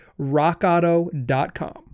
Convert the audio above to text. rockauto.com